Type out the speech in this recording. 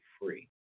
free